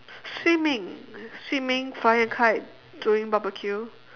swimming swimming flying a kite doing barbecue